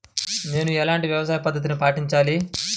నేను ఎలాంటి వ్యవసాయ పద్ధతిని పాటించాలి?